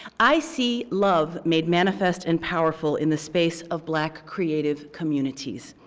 i see love made manifest and powerful in the space of black creative communities,